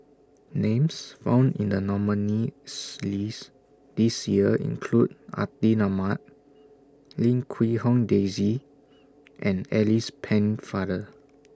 Names found in The nominees' list This Year include Atin Amat Lim Quee Hong Daisy and Alice Pennefather